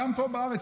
גם פה בארץ,